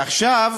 עכשיו